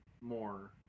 more